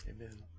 Amen